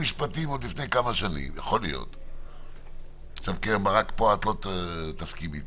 המשפטים וניסח יחד עם המשרד לשוויון חברתי זה היה בצל ההמלצות